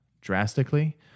drastically